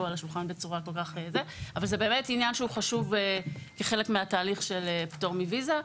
על השולחן אבל באמת זה עניין שהוא חשוב כחלק מהתהליך של פטור מוויזה.